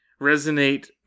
resonate